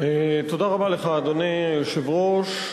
אדוני היושב-ראש,